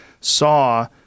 saw